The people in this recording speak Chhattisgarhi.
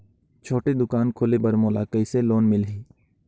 छोटे दुकान खोले बर मोला कइसे लोन मिलही?